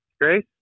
Grace